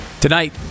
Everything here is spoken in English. Tonight